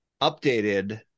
updated